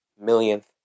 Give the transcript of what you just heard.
millionth